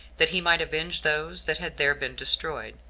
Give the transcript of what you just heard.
that he might avenge those that had there been destroyed.